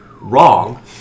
Wrong